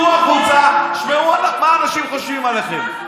צאו החוצה, שמעו מה אנשים חושבים עליכם.